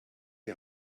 die